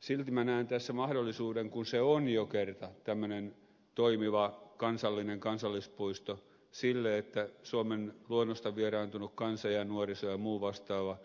silti minä näen tässä mahdollisuuden kun se on jo kerran tämmöinen toimiva kansallinen kansallispuisto sille että suomen luonnosta vieraantunut kansa ja nuoriso ja muu vastaava